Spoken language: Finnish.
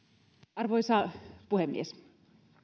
arvoisa puhemies